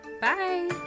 Bye